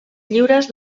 lliures